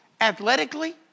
athletically